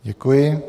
Děkuji.